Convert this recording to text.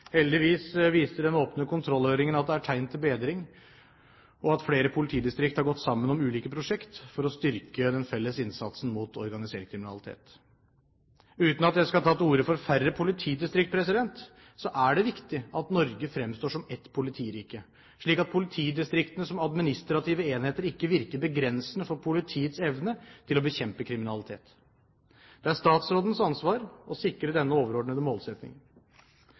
Heldigvis viste den åpne kontrollhøringen at det er tegn til bedring, og at flere politidistrikt har gått sammen om ulike prosjekter for å styrke den felles innsatsen mot organisert kriminalitet. Uten at jeg skal ta til orde for færre politidistrikt, er det viktig at Norge fremstår som ett politirike, slik at politidistriktene som administrative enheter ikke virker begrensende for politiets evne til å bekjempe kriminalitet. Det er statsrådens ansvar å sikre denne overordnede målsettingen.